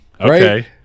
okay